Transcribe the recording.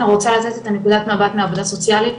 אני רוצה לתת את נקודת המבט מהעבודה הסוציאלית,